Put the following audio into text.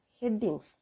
headings